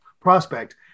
prospect